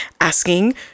asking